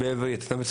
מובן.